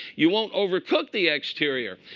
you won't over cook the exterior.